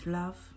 love